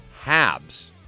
Habs